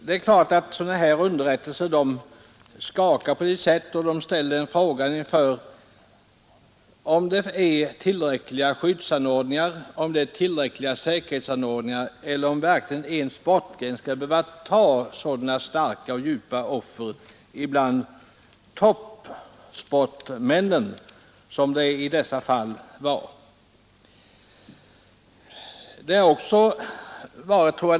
Det är klart att sådana här underrättelser på sitt sätt skakar en och ställer en undrande inför om det finns tillräckliga skyddsanordningar och säkerhetsanordningar eller om en sportgren verkligen skall behöva så starkt och djupt kräva offer bland de toppsportmän som det i detta fall gällde.